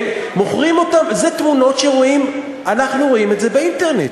זה תמונות שאנחנו רואים באינטרנט.